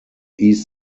east